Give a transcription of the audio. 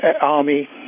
Army